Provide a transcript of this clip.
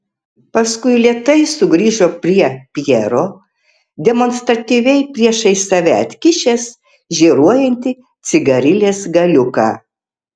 paskui lėtai sugrįžo prie pjero demonstratyviai priešais save atkišęs žėruojantį cigarilės galiuką